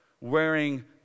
wearing